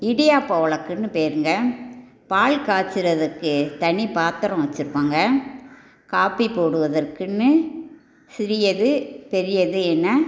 இடியாப்ப உலக்குன்னு பேருங்க பால் காய்ச்சுகிறதுக்கு தனிப் பாத்திரம் வச்சுருப்பாங்க காபி போடுவதற்குன்னு சிறியது பெரியது என